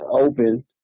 open